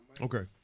Okay